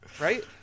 right